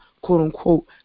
quote-unquote